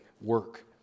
work